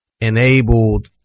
enabled